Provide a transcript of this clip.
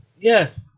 Yes